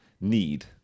need